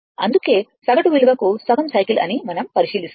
అందుకే సగటు విలువకు సగం సైకిల్ అని మనం పరిశీలిస్తాము